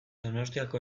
donostiako